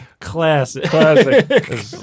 Classic